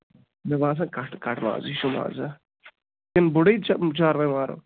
مےٚ باسان کَٹھ آز یہِ تَمہِ بوٚڑُے چہِ چارواے مارو